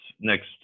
next